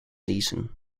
season